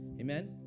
Amen